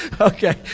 Okay